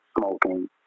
smoking